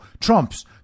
Trump's